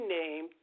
name